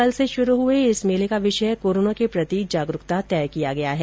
कल से शुरू हुए इस मेले का विषय कोरोना के प्रति जागरूकता तय किया गया है